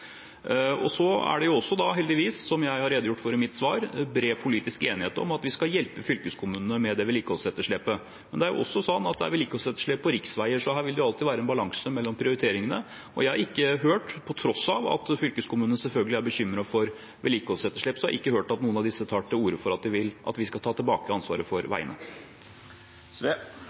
Det er også, som jeg har redegjort for i mitt svar, heldigvis bred politisk enighet om at vi skal hjelpe fylkeskommunene med det vedlikeholdsetterslepet. Men det er også vedlikeholdsetterslep på riksveier, så her vil det alltid være en balanse mellom prioriteringene. På tross av at fylkeskommunene selvfølgelig er bekymret for vedlikeholdsetterslepet, har jeg ikke hørt noen av disse ta til orde for at vi skal ta tilbake ansvaret for veinettet. Eg trur det er litt ulike oppfatningar av akkurat det som går på om ein skal ta tilbake ansvaret eller ikkje, og kva for